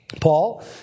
Paul